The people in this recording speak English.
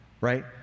right